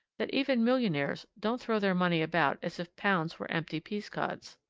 that even millionaires don't throw their money about as if pounds were empty peascods.